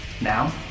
Now